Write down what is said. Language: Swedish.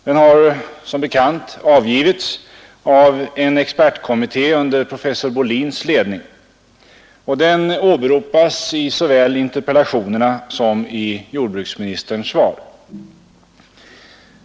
Den har som bekant avgivits av en expertkommitté under professor Bolins ledning, och den åberopas såväl ö interpellationerna som i jordbruksministerns svar.